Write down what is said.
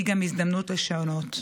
והיא גם הזדמנות לשנות.